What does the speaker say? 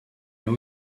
know